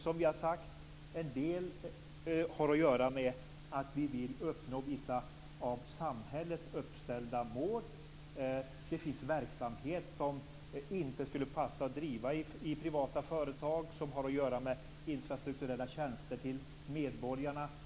Som sagts har en del att göra med att vi vill uppnå vissa av samhället uppställda mål. Det finns verksamhet som inte skulle passa att driva i privata företag, t.ex. sådant som har att göra med infrastrukturella tjänster till medborgarna.